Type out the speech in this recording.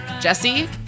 Jesse